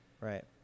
Right